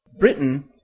Britain